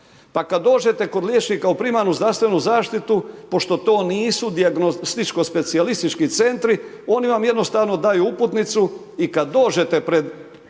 Pa kad dođete kod liječnika u primarnu zdravstvenu zaštitu pošto to nisu dijagnostičko specijalistički centri, oni vam jednostavno daju uputnicu i kad dođete pred